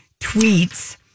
tweets